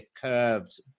curved